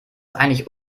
eigentlich